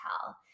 tell